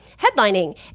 headlining